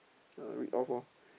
ah read off loh